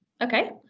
Okay